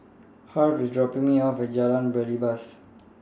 Harve IS dropping Me off At Jalan Belibas